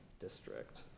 District